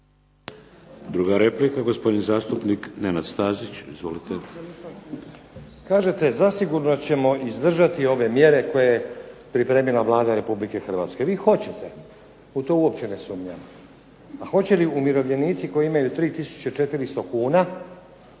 Druga replika, gospodin zastupnik Nenad Stazić. Izvolite. **Stazić, Nenad (SDP)** Kažete, zasigurno ćemo izdržati ove mjere koje je pripremila Vlada Republike Hrvatske. U to uopće ne sumnjam, a hoće li umirovljenici koji imaju 3400 kuna